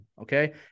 okay